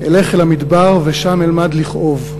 / אלך אל המדבר / ושם אלמד לכאוב.